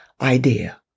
idea